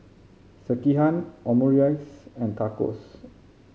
Sekihan Omurice and Tacos